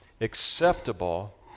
acceptable